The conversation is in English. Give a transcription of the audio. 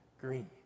green